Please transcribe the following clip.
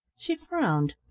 she frowned.